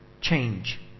change